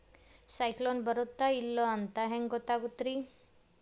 ಸೈಕ್ಲೋನ ಬರುತ್ತ ಇಲ್ಲೋ ಅಂತ ಹೆಂಗ್ ಗೊತ್ತಾಗುತ್ತ ರೇ?